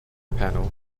panel